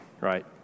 right